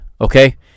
okay